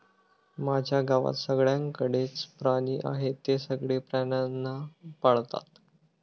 माझ्या गावात सगळ्यांकडे च प्राणी आहे, ते सगळे प्राण्यांना पाळतात